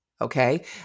okay